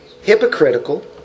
hypocritical